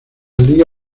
liga